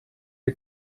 les